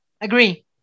agree